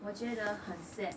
我觉得很 sad